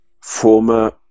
former